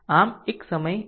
આમ એક સમયે એક લો